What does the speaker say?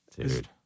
dude